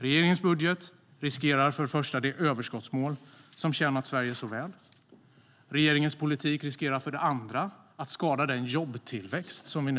Regeringens budget riskerar för det första det överskottsmål om tjänat Sverige så väl. Regeringens politik riskerar för det andra att skada den jobbtillväxt vi ser.